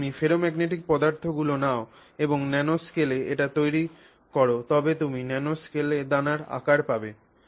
যদি তুমি ফেরোম্যাগনেটিক পদার্থগুলি নাও এবং ন্যানোস্কেলে এটি তৈরি কর তবে তুমি ন্যানোস্কেলে দানার আকার পাবে